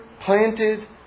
planted